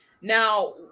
Now